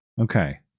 Okay